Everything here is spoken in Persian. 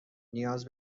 نیاز